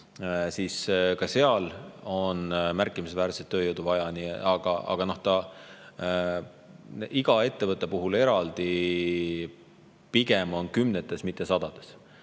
Ka seal on märkimisväärselt tööjõudu vaja, aga iga ettevõtte puhul on pigem tegu kümnete, mitte sadade